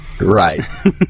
Right